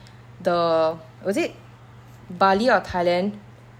the was it bali or thailand